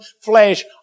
flesh